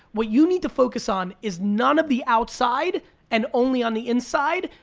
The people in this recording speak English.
what you need to focus on is none of the outside and only on the inside,